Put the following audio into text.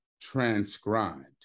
transcribed